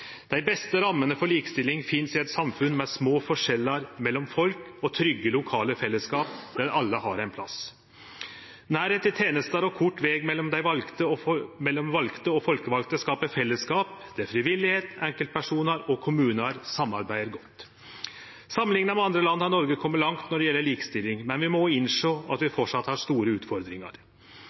Dei beste rammene for likestilling finst i eit samfunn med små forskjellar mellom folk og trygge lokale fellesskap der alle har ein plass. Nærleik til tenester og kort veg mellom dei valde og folkevalde skaper fellesskap der den friviljuge innsatsen, enkeltpersonar og kommunar samarbeider godt. Samanlikna med andre land har Noreg kome langt når det gjeld likestilling, men vi må òg innsjå at vi framleis har store utfordringar.